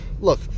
Look